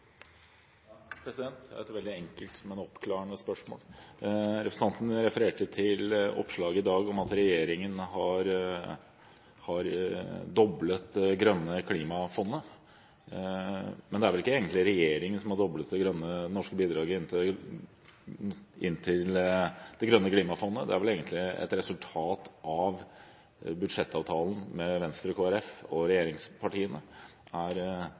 Jeg har et veldig enkelt, men oppklarende spørsmål. Representanten refererte til oppslag i dag om at regjeringen har doblet bevilgningene til Det grønne klimafondet, men det er vel egentlig ikke regjeringen som har doblet det grønne norske bidraget inn til Det grønne klimafondet, det er vel egentlig et resultat av budsjettavtalen med Venstre, Kristelig Folkeparti og regjeringspartiene. Er